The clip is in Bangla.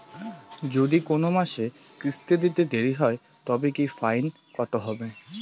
যদি কোন মাসে কিস্তি দিতে দেরি হয় তবে কি ফাইন কতহবে?